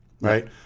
Right